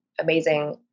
amazing